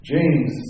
James